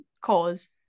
cause